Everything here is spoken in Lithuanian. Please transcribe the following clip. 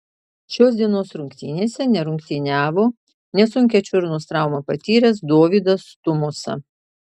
šios dienos rungtynėse nerungtyniavo nesunkią čiurnos traumą patyręs dovydas tumosa